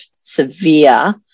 severe